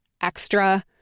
extra